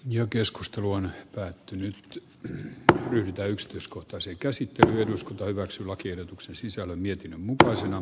jo keskustelu on päättynyt niin ryhdytä yksityiskohtaisen käsittelyn eduskunta hyväksyi lakiehdotuksen sisällön mietinnön mukaisena